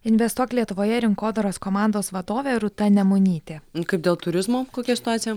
investuok lietuvoje rinkodaros komandos vadovė rūta nemunytė kaip dėl turizmo kokia situacija